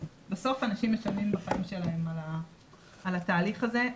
בסוף אנשים משלמים בחיים שלהם על התהליך הזה.